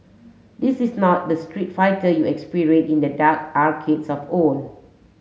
this is not the Street Fighter you experienced in the dark arcades of old